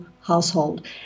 household